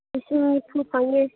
ꯂꯤꯁꯤꯡ ꯅꯤꯐꯨ ꯐꯪꯉꯦ